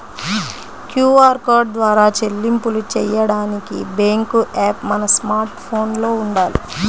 QR code ద్వారా చెల్లింపులు చెయ్యడానికి బ్యేంకు యాప్ మన స్మార్ట్ ఫోన్లో వుండాలి